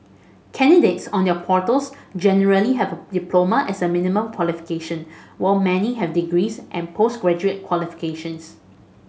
candidates on their portals generally have a diploma as a minimum qualification while many have degrees and post graduate qualifications